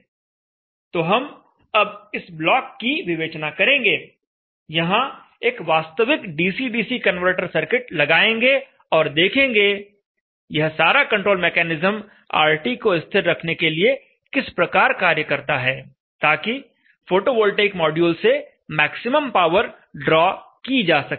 तो हम अब इस ब्लॉक की विवेचना करेंगे यहां एक वास्तविक डीसी डीसी कन्वर्टर सर्किट लगाएंगे और देखेंगे यह सारा कंट्रोल मेकैनिज्म RT को स्थिर रखने के लिए किस तरह कार्य करता है ताकि फोटोवोल्टेइक मॉड्यूल से मैक्सिमम पावर ड्रॉ की जा सके